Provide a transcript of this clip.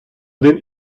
один